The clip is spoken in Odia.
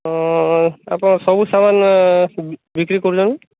ହଁ ଆପଣ ସବୁ ସାମାନ୍ ବିକ୍ରି କରୁଛନ୍ତି